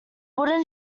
wooden